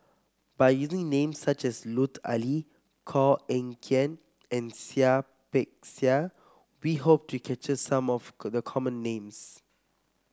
by using names such as Lut Ali Koh Eng Kian and Seah Peck Seah we hope to capture some of the common names